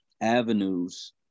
avenues